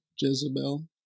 Jezebel